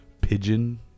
pigeon